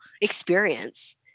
experience